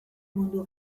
mundu